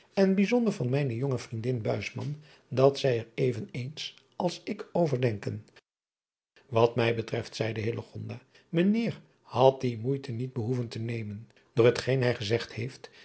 en bijzonder van mijne jonge vriendin dat zij er even eens als ik over denken at mij betreft zeide ijnheer had die moeite niet behoeven te nemen oor het geen hij gezegd heeft